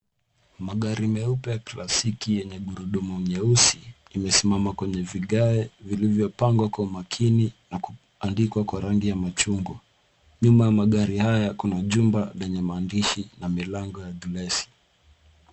Magari meupe klasiki yenye gurudumu nyeusi yamesimama kwenye vigae vilivyopangwa kwa umakini kwa kuandikwa kwa rangi ya machungwa nyuma ya magari haya kuna jumba lenye mandishi na milango ya glesi.